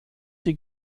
die